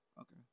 Okay